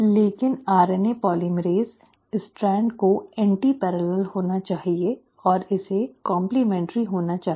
लेकिन RNA polymerase strand को antiparallel होना चाहिए और इसे काम्प्लिमेन्टैरिटी होना चाहिए